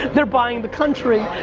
they're buying the country,